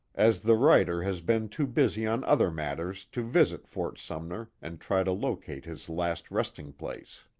as the writer has been too busy on other matters, to visit fort sumner and try to locate his last resting place.